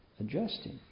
adjusting